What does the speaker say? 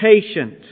patient